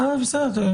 בסדר.